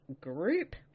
group